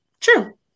True